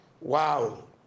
Wow